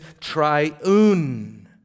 triune